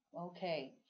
Okay